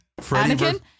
Anakin